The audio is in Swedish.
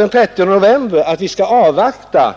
Den 30 november skrev man att vi skall avvakta